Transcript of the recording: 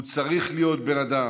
הוא צריך להיות בן אדם.